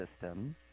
system